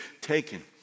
taken